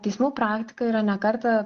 teismų praktika yra ne kartą